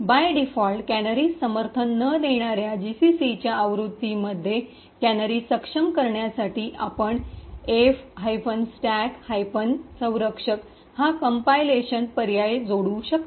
bye default canaries समर्थन न देणार्या जीसीसीच्या आवृत्तींमध्ये कॅनरी सक्षम करण्यासाठी आपण f स्टॅक संरक्षक हा कंपाईलेशन पर्याय जोडू शकता